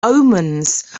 omens